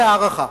בהערכה,